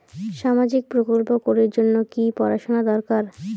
সামাজিক প্রকল্প করির জন্যে কি পড়াশুনা দরকার?